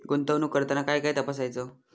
गुंतवणूक करताना काय काय तपासायच?